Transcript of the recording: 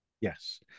Yes